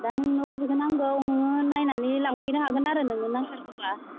दा नोंनो अबेखो नांगौ नोङो नायनानै लांफैनो हागोन आरो नोंनो नांथारगौब्ला